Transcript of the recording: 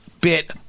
bit